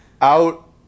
out